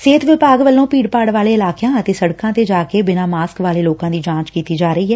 ਸਿਹਤ ਵਿਭਾਗ ਵੱਲੋ ਭੀੜ ਭਾੜ ਵਾਲੇ ਇਲਾਕਿਆਂ ਅਤੇ ਸੜਕਾਂ ਤੇ ਜਾ ਕੇ ਬਿਨਾਂ ਮਾਸਕ ਵਾਲੇ ਲੋਕਾਂ ਦੀ ਜਾਂਚ ਕੀਡੀ ਜਾ ਰਹੀ ਐ